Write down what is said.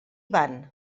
van